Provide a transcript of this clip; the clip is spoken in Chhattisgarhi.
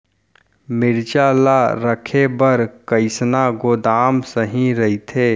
मिरचा ला रखे बर कईसना गोदाम सही रइथे?